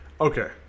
Okay